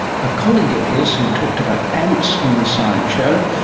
a colleague of his who talked about ants on the science show,